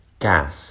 gas